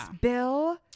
Bill